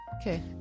Okay